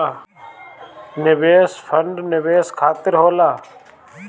निवेश फंड निवेश खातिर होला